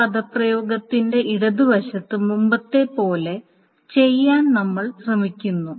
ഈ പദപ്രയോഗത്തിന്റെ ഇടതുവശത്ത് മുമ്പത്തേത് പോലെ ചെയ്യാൻ നമ്മൾ ശ്രമിക്കുന്നു